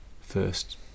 first